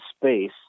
space